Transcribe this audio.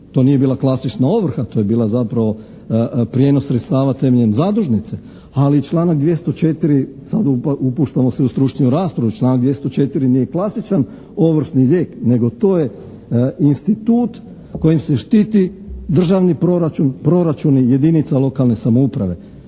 to nije bila klasična ovrha, to je bila zapravo prijenos sredstava temeljem zadužnice, ali članak 204. sad upuštamo se u stručnu raspravu, članak 204. nije klasičan ovršni lijek nego to je institut kojim se štiti državni proračun, proračuni jedinica lokalne samouprave.